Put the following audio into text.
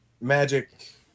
Magic